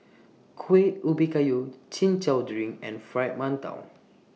Kuih Ubi Kayu Chin Chow Drink and Fried mantou